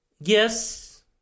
yes